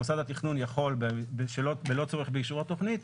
מוסד התכנון יכול בלא צורך באישור התוכנית